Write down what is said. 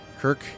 Kirk